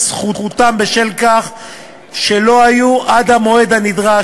זכותם בשל כך שלא היו עד המועד הנדרש,